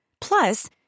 Plus